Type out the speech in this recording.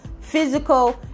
physical